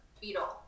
beetle